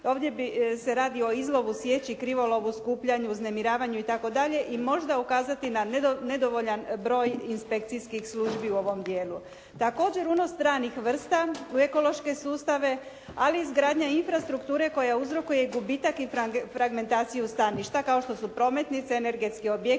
Ovdje se radi o izlovu sječi, krivolovu, skupljanju, uznemiravnju itd., i možda ukazati na nedovoljan broj inspekcijskih službi u ovom dijelu. Također unos stranih vrsta u ekološke sustave ali i izgradnja infrastrukture koja uzrokuje gubitak i fragmentaciju staništa kao što su prometnice, energetski objekti,